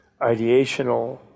ideational